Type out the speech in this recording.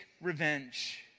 revenge